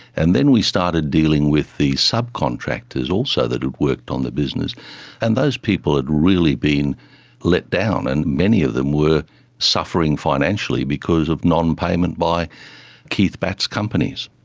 and then we started dealing with the subcontractors also that had worked on the business and those people had really been let down and many of them were suffering financially because of non-payment by keith batt's companies.